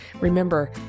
Remember